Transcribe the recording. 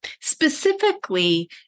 specifically